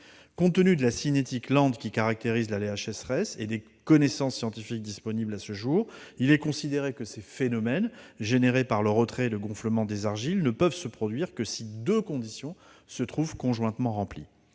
Compte tenu de la cinétique lente qui caractérise l'aléa de sécheresse et des connaissances scientifiques disponibles à ce jour, il est considéré que ces phénomènes, engendrés par le retrait et le gonflement des argiles, ne peuvent se produire que si deux conditions se trouvent conjointement remplies